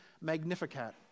Magnificat